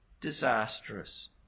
disastrous